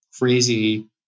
crazy